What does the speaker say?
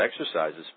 exercises